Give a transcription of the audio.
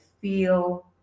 feel